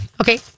Okay